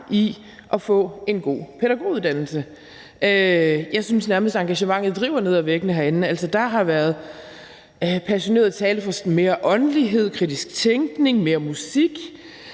i at få en god pædagoguddannelse. Jeg synes nærmest, engagementet driver ned ad væggene herinde: Der har været passioneret tale for sådan mere åndelighed, kritisk tænkning, mere musik